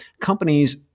companies